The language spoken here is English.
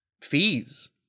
fees